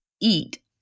eat